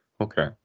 Okay